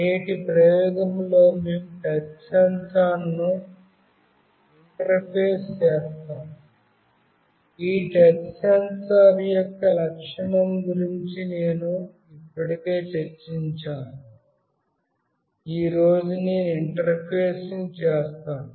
నేటి ప్రయోగంలో మేము టచ్ సెన్సార్ను ఇంటర్ఫేస్ చేస్తాము ఈ టచ్ సెన్సార్ యొక్క లక్షణం గురించి నేను ఇప్పటికే చర్చించాను ఈ రోజు నేను ఇంటర్ఫేసింగ్ చేస్తాను